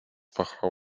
pochwał